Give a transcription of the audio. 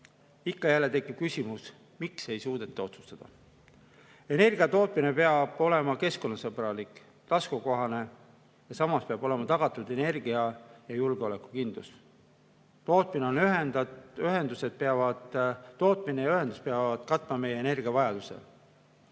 ja jälle tekib küsimus, miks ei suudeta otsustada. Energia tootmine peab olema keskkonnasõbralik, taskukohane ja samas peab olema tagatud energia‑ ja julgeolekukindlus. Tootmine ja ühendused peavad katma meie energiavajaduse.